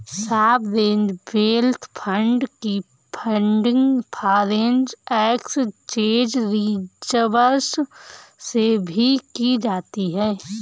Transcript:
sovereign wealth fund की funding foreign exchange reserves से भी की जाती है